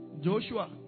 Joshua